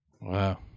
Wow